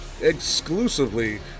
exclusively